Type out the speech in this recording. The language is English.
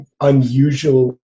unusual